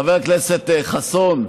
חבר הכנסת חסון,